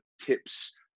tips